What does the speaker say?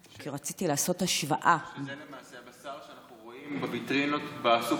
שזה למעשה הבשר שאנחנו רואים בוויטרינות בסופרים.